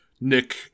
Nick